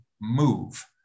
move